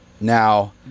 Now